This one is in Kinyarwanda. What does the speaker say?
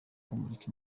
kumurika